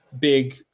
big